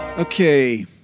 Okay